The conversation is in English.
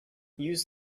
use